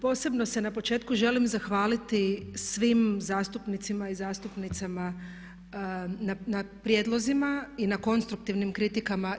Posebno se na početku želim zahvaliti svim zastupnicima i zastupnicama na prijedlozima i na konstruktivnim kritikama.